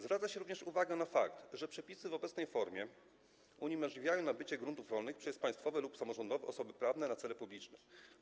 Zwraca się również uwagę na fakt, że przepisy w obecnej formie uniemożliwiają nabycie gruntów rolnych przez państwowe lub samorządowe osoby prawne na cele publiczne.